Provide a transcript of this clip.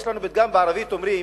יש לנו פתגם בערבית, אומרים: